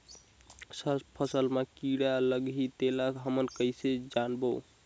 फसल मा कीटाणु लगही तेला हमन कइसे जानबो?